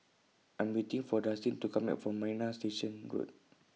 I'm waiting For Dustin to Come Back from Marina Station Road